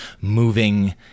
moving